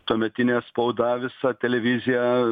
tuometinė spauda visa televizija